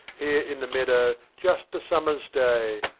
here in the meadow just a summer's day.